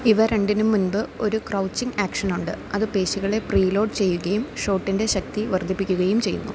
ഇവ രണ്ടിനും മുൻപ് ഒരു ക്രൌച്ചിംഗ് ആക്ഷൻ ഉണ്ട് അത് പേശികളെ പ്രീലോഡ് ചെയ്യുകയും ഷോട്ടിൻ്റെ ശക്തി വർദ്ധിപ്പിക്കുകയും ചെയ്യുന്നു